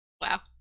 Wow